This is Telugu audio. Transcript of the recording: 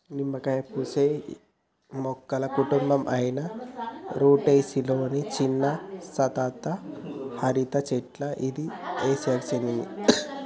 నిమ్మకాయ పూసే మొక్కల కుటుంబం అయిన రుటెసి లొని చిన్న సతత హరిత చెట్ల ఇది ఆసియాకు చెందింది